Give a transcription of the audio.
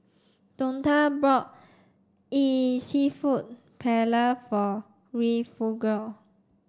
Donta brought Seafood Paella for Refugio